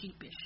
cheapish